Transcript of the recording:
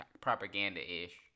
propaganda-ish